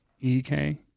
EK